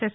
yes